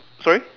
sorry